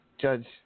Judge